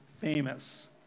famous